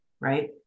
right